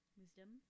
Wisdom